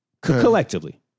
collectively